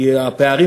כי הפערים,